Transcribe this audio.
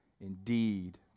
indeed